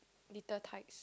little tikes